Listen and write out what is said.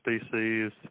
species